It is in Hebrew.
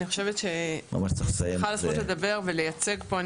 זכות לדבר ולייצג פה,